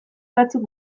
batzuk